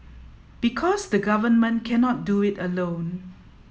because the Government cannot do it alone